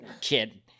kid